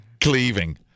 Cleaving